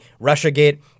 Russiagate